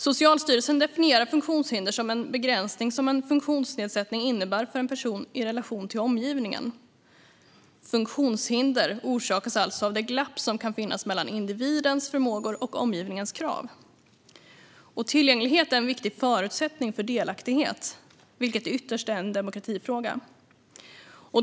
Socialstyrelsen definierar funktionshinder som en begränsning som en funktionsnedsättning innebär för en person i relation till omgivningen. Funktionshinder orsakas alltså av det glapp som kan finnas mellan individens förmågor och omgivningens krav. Tillgänglighet är en viktig förutsättning för delaktighet, vilket ytterst är en demokratifråga.